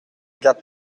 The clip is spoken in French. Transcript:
gap